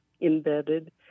embedded